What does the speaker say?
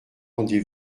rendez